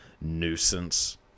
nuisance